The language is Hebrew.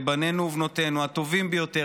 בבנינו ובבנותינו הטובים ביותר,